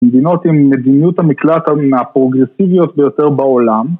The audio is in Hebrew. מדינות עם מדיניות המקלטה הפרוגרסיביות ביותר בעולם